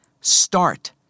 Start